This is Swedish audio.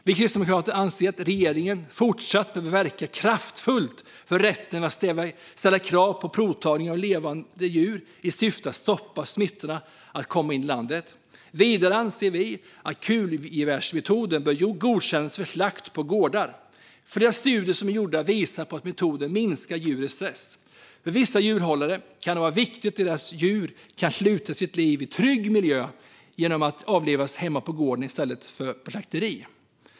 Vi kristdemokrater anser att regeringen även i fortsättningen behöver verka kraftfullt för rätten att ställa krav på provtagning av levande djur i syfte att stoppa smittor från att komma in i landet. Vidare anser vi att kulgevärsmetoden bör godkännas för slakt på gårdar. Flera gjorda studier visar att metoden minskar djurens stress. För vissa djurhållare kan det vara viktigt att deras djur kan sluta sina liv i trygg miljö genom att avlivas hemma på gården i stället för på slakteri.